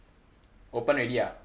open already ah